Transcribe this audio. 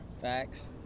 Facts